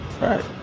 Right